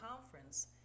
conference